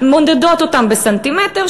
מודדות אותם בסנטימטר,